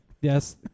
Yes